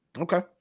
Okay